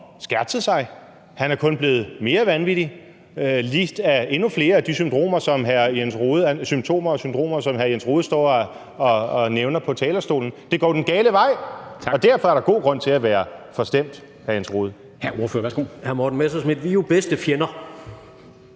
forskanset sig, han er kun blevet mere vanvittig og har lidt af endnu flere af de symptomer og syndromer, som hr. Jens Rohde står og nævner på talerstolen. Det går jo den gale vej, og derfor er der god grund til at være forstemt, hr. Jens Rohde.